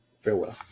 Farewell